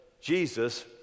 Jesus